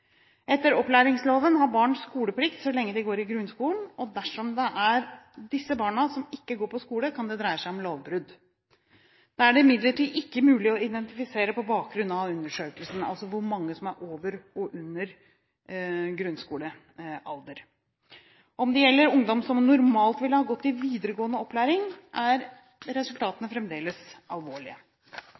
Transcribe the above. Etter opplæringsloven har barn skoleplikt så lenge de går i grunnskolen, og dersom det er disse barna som ikke går på skole, kan det dreie seg om lovbrudd. Det er det imidlertid ikke mulig å identifisere på bakgrunn av undersøkelsen, altså hvor mange som er over og under grunnskolealder. Om det gjelder ungdom som normalt ville ha gått i videregående opplæring, er resultatene fremdeles alvorlige.